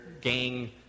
gang